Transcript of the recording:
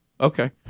okay